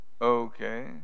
okay